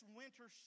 winter